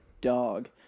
dog